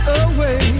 away